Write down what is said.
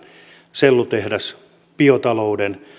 sellutehdas biotalouden